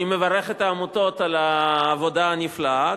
אני מברך את העמותות על העבודה הנפלאה.